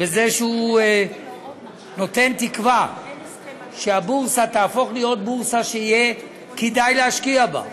בזה שהוא נותן תקווה שהבורסה תהפוך לבורסה שיהיה כדאי להשקיע בה,